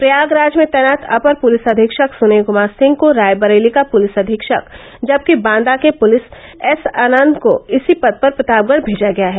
प्रयागराज में तैनात अपर पुलिस अधीक्षक सुन्नील कुमार सिंह को रायबरेली का पुलिस अधीक्षक जबकि बांदा के पुलिस एस आनन्द को इसी पद पर प्रतापगढ़ भेजा गया है